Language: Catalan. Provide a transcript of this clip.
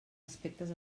aspectes